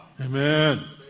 Amen